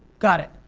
got it.